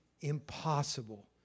impossible